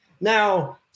Now –